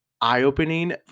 eye-opening